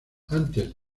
antes